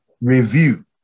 review